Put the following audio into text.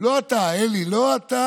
לא אתה, אלי, לא אתה.